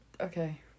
okay